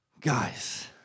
Guys